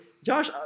Josh